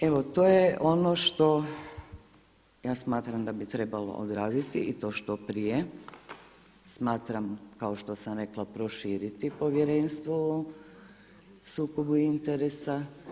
Evo to je ono što ja smatram da bi trebalo odraditi i to što prije, smatram kao što sam rekla proširiti Povjerenstvo o sukobu interesa.